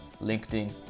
LinkedIn